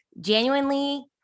genuinely